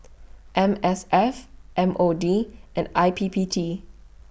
M S F M O D and I P P T